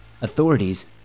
Authorities